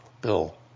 Bill